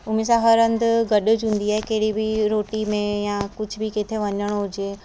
हू मूंसां हर हंधि गॾज हूंदी आहे कहिड़ी बि रोटी में या कुझु बि किथे वञिणो हुजे